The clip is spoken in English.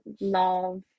love